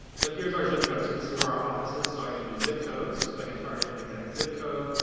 but here's our zip code, so this is where our office is. so i can do zip codes. so i can target an exact zip code.